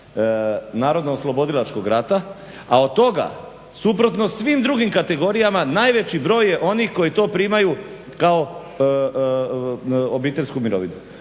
Narodno oslobodilačkog rata, a od toga suprotno svim drugim kategorijama najveći broj je onih koji to primaju kao obiteljsku mirovinu.